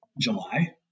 July